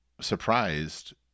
surprised